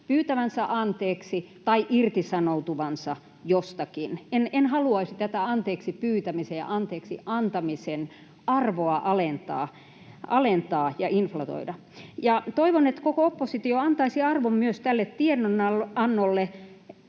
pyytävänsä anteeksi tai irtisanoutuvansa jostakin? En haluaisi tätä anteeksipyytämisen ja anteeksiantamisen arvoa alentaa ja inflatoida. Toivon, että koko oppositio antaisi arvon myös tälle tiedonannolle.